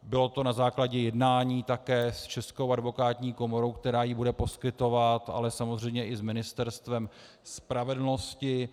Bylo to na základě jednání také s Českou advokátní komorou, která ji bude poskytovat, ale samozřejmě i s Ministerstvem spravedlnosti.